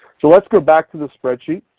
so let's go back to the spreadsheet.